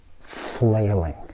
flailing